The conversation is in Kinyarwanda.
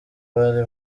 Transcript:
bari